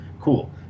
cool